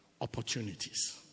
Opportunities